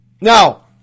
Now